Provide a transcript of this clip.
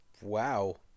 wow